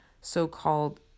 so-called